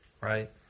right